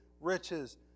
riches